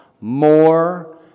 more